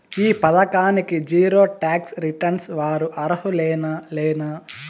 ఈ పథకానికి zero tax returns వారు అర్హులేనా లేనా?